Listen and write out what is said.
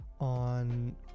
on